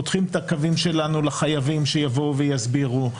פותחים את הקווים שלנו לחייבים שיבואו ויסבירו.